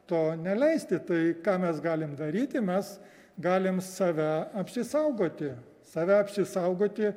to neleisti tai ką mes galim daryti mes galim save apsisaugoti save apsisaugoti